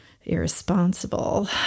irresponsible